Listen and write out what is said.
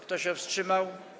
Kto się wstrzymał?